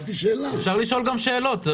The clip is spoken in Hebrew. אפשר לשאול גם שאלות.